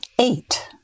Eight